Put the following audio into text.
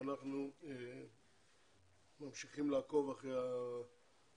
שאנחנו ממשיכים לעקוב אחרי ההכנות.